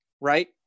right